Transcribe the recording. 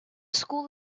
school